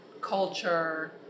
culture